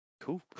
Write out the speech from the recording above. Cool